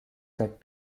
that